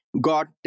got